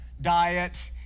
diet